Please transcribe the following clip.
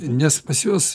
nes pas juos